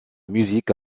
musique